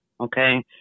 okay